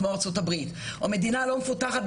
כמו ארצות הברית או מדינה "לא מפותחת",